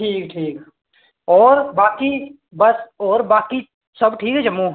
ठीक ठीक होर बाकी बस होर बाकी सब ठीक ऐ जम्मू